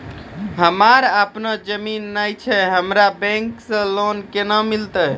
हमरा आपनौ जमीन नैय छै हमरा बैंक से लोन केना मिलतै?